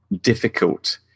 difficult